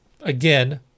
again